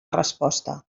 resposta